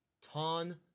Ton